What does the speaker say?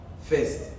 first